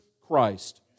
Christ